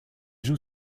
joue